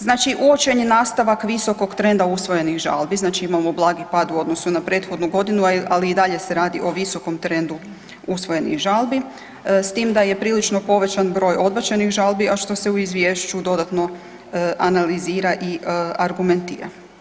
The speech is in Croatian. Znači uočen je nastavak visokog trenda usvojenih žalbi, znači imamo blagi pad u odnosu na prethodnu godinu, ali i dalje se radi o visokom trendu usvojenih žalbi s tim da je prilično povećan broj odbačenih žalbi, a što se u izvješću dodatno analizira i argumentira.